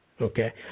Okay